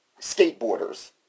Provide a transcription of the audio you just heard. skateboarders